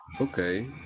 Okay